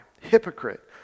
Hypocrite